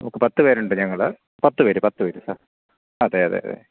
നമുക്ക് പത്ത് പേരുണ്ട് ഞങ്ങൾ പത്ത് പേർ പത്ത് പേർ സാർ അതെ അതെ അതെ